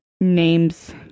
names